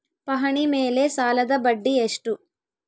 ಪಹಣಿ ಮೇಲೆ ಸಾಲದ ಬಡ್ಡಿ ಎಷ್ಟು?